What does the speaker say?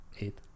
Eight